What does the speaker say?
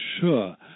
sure